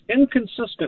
inconsistent